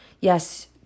yes